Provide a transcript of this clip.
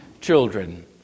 children